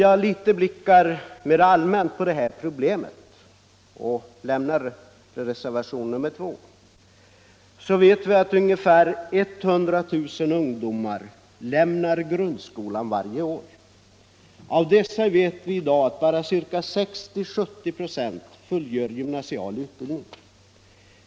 Jag lämnar därmed reservationen 2 för att se litet mer allmänt på problemet. Vi vet att ungefär 100 000 ungdomar varje år lämnar grundskolan. Av dessa genomgår bara 60 å 70 96 en gymnasial utbildning.